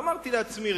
אמרתי לעצמי,